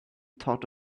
thought